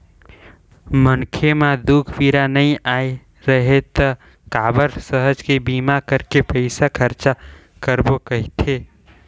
मनखे म दूख पीरा नइ आय राहय त काबर सहज के बीमा करके पइसा खरचा करबो कहथे